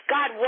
God